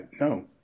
no